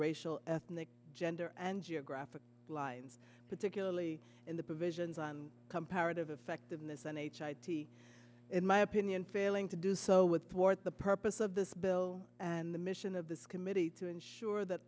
racial ethnic gender and geographic lines particularly in the provisions on comparative effectiveness and in my opinion failing to do so with for the purpose of this bill and the mission of this committee to ensure that